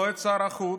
לא את שר החוץ,